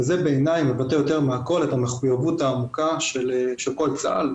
וזה בעיני מבטא יותר מהכול את המחויבות העמוקה של כל צה"ל,